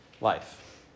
life